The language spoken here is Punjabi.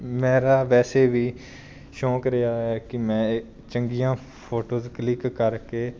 ਮੇਰਾ ਵੈਸੇ ਵੀ ਸ਼ੌਂਕ ਰਿਹਾ ਹੈ ਕਿ ਮੈਂ ਇਹ ਚੰਗੀਆਂ ਫੋਟੋਜ਼ ਕਲਿੱਕ ਕਰਕੇ